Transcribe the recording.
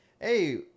hey